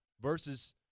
versus